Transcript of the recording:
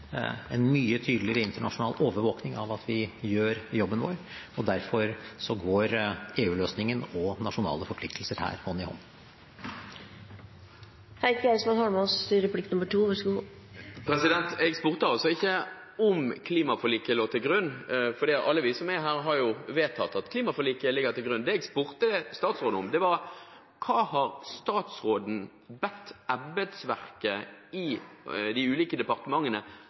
en mye tydeligere internasjonal overvåkning av at vi gjør jobben vår. Derfor går EU-løsningen og nasjonale forpliktelser her hånd i hånd. Jeg spurte ikke om klimaforliket lå til grunn, for alle vi som er her, har jo vedtatt at klimaforliket ligger til grunn. Det jeg spurte statsråden om, var: Hva har statsråden bedt embetsverket i de ulike departementene